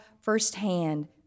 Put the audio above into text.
firsthand